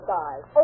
guys